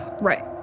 Right